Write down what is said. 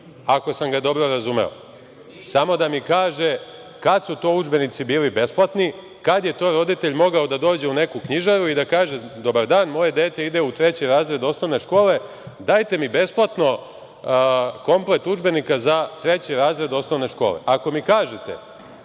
ako sam ga dobro razumeo. Samo da mi kaže kada su to udžbenici bili besplatni, kada je to roditelj mogao da dođe u neku knjižaru i da kaže – dobar dan, moje dete u treći razred osnovne škole, dajte mi besplatno komplet udžbenika za treći razred osnovne škole.